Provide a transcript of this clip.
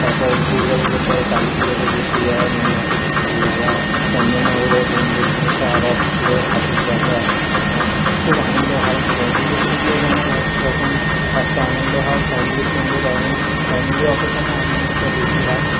তারপর দুর্গা পুজোর পরে কালী পুজোতে ঘুরতে যাওয়া নৈহাটি ঘুরতে যাওয়া চন্দননগরে বন্ধুদের সঙ্গে সারা রাত ঘুরে ঠাকুর দেখা খুব আনন্দ হয় বন্ধুদের সঙ্গে যেমন এক রকম একটা আনন্দ হয় ফ্যামিলির সঙ্গে তেমন ফ্যামিলি অকেশানে আনন্দটা বেশি হয়